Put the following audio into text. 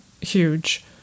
huge